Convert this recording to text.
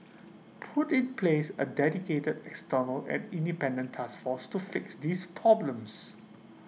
put in place A dedicated external and independent task force to fix these problems